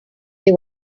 they